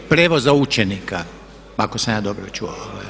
Prijevoza učenika ako sam ja dobro čuo.